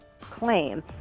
claim